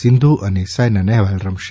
સિન્ધુ અને સાયના નહેવાલ રમશે